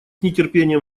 нетерпением